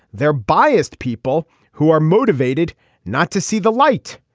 they're biased people who are motivated not to see the light.